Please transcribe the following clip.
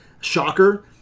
Shocker